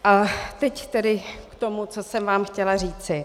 A teď tedy k tomu, co jsem vám chtěla říci.